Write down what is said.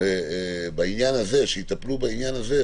בעניין הזה,